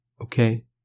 Okay